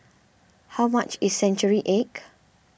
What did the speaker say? how much is Century Egg